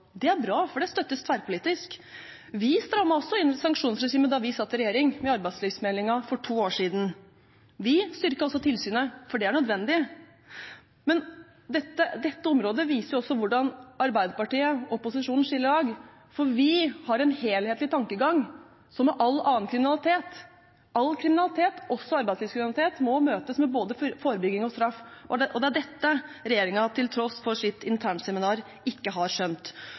Det er bra, for det støttes tverrpolitisk. Vi strammet også inn sanksjonsregimet da vi satt i regjering, med arbeidslivsmeldingen for to år siden. Vi styrket også tilsynet, for det var nødvendig. Men dette området viser også hvordan Arbeiderpartiet og posisjonen skiller lag. Vi har en helhetlig tankegang. Som all annen kriminalitet må også arbeidslivskriminalitet møtes med både forebygging og straff, og det er dette regjeringen til tross for sitt internseminar ikke har skjønt.